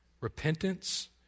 repentance